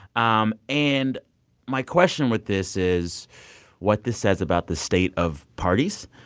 um and my question with this is what this says about the state of parties.